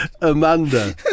Amanda